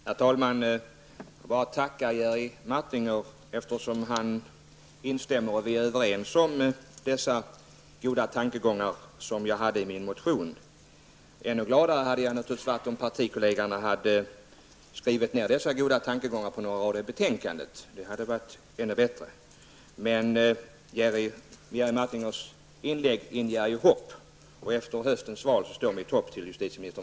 Herr talman! Jag vill bara tacka Jerry Martinger, eftersom han instämmer i de goda tankegångar som jag presenterade i min motion. Ännu gladare hade jag naturligtvis blivit om partikollegerna hade skrivit ner dessa goda tankegångar på några rader i betänkandet. Det hade varit ännu bättre. Men Jerry Martingers inlägg inger hopp, och efter höstens val står mitt hopp till justitieminister